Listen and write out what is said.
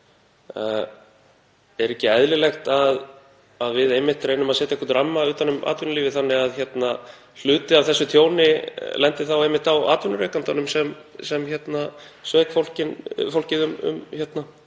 Er ekki eðlilegt að við reynum að setja einhvern ramma utan um atvinnulífið þannig að hluti af þessu tjóni lendi þá einmitt á atvinnurekandanum sem sveik fólkið um